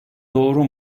doğru